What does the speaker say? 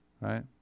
right